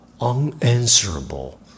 unanswerable